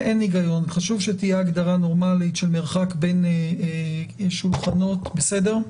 אין היגיון חשוב שתהיה הגדרה נורמאלית של מרחק בין שולחנות בסדר?